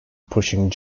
pushing